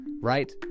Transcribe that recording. right